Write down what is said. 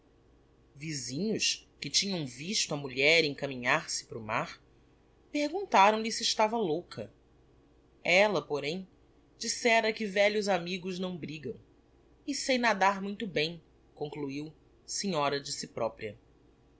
vizinhos que tinham visto a mulher encaminhar-se para o mar perguntaram-lhe se estava louca ella porém dissera que velhos amigos não brigam e sei nadar muito bem concluiu senhora de si propria